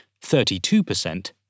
32%